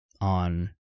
on